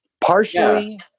partially